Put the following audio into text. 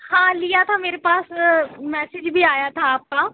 हाँ लिया था मेरे पास मैसेज भी आया था आपका